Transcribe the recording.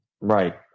Right